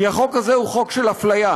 כי החוק הזה הוא חוק של אפליה.